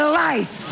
life